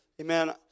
amen